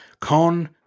con